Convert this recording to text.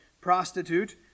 prostitute